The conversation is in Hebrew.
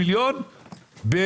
אותם 350 מיליון שקלים.